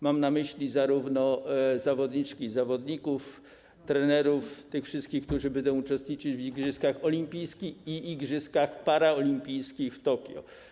Mam na myśli zawodniczki i zawodników, trenerów, tych wszystkich, którzy będą uczestniczyć w igrzyskach olimpijskich i igrzyskach paraolimpijskich w Tokio.